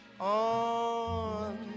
on